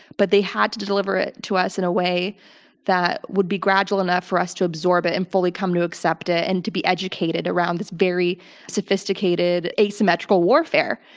but they had to to deliver it to us in a way that would be gradual enough us to absorb it and fully come to accept it, and to be educated around this very sophisticated, asymmetrical warfare.